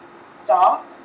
Stop